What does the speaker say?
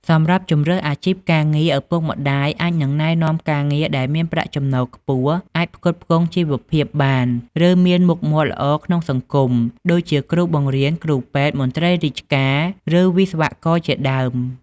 សម្រាប់ជម្រើសអាជីពការងារ ឪពុកម្ដាយអាចនឹងណែនាំការងារដែលមានប្រាក់ចំណូលខ្ពស់ អាចផ្គត់ផ្គង់ជីវភាពបាន ឬមានមុខមាត់ល្អក្នុងសង្គម ដូចជាគ្រូបង្រៀន គ្រូពេទ្យ មន្ត្រីរាជការ ឬវិស្វករជាដើម។